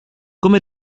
come